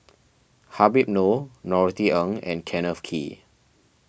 Habib Noh Norothy Ng and Kenneth Kee